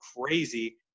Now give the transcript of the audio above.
crazy